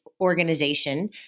organization